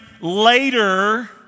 later